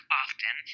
often